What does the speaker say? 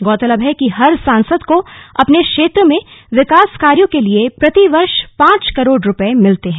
गौरतलब है कि हर सासंद को अपने क्षेत्र में विकास कार्यो के लिए प्रतिवर्ष पांच करोड़ रूपये मिलते हैं